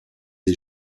des